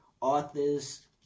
authors